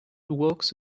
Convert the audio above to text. walks